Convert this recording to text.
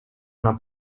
una